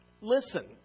Listen